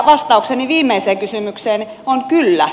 vastaukseni viimeiseen kysymykseen on kyllä